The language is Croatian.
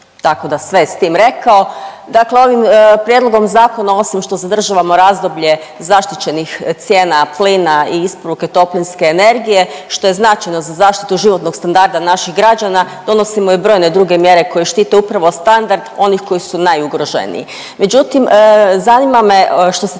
tako da sve je s tim rekao. Dakle ovim prijedlogom zakona osim što zadržavamo razdoblje zaštićenih cijena plina i isporuke toplinske energije što je značajno za zaštitu životnog standarda naših građana, donosimo i brojne druge mjere koje štite upravo standard onih koji su najugroženiji. Međutim zanima me što se